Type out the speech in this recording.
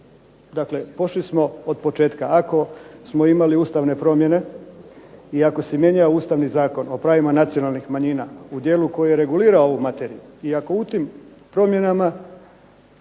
dakle pošli smo otpočetka. Ako smo imali ustavne promjene i ako se mijenjao Ustavni zakon o pravima nacionalnih manjina u dijelu koji je regulirao ovu materiju i ako u tim promjenama